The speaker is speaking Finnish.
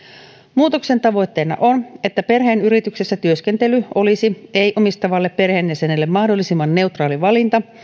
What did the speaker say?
muutoksen tavoitteena on että perheen yrityksessä työskentely olisi ei omistavalle perheenjäsenelle mahdollisimman neutraali valinta